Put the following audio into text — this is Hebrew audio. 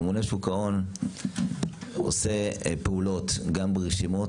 הממונה על שוק ההון עושה פעולות גם ברשימות